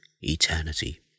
eternity